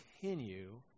continue